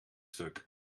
stuk